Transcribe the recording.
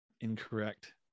incorrect